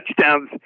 touchdowns